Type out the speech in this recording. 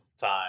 time